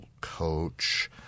coach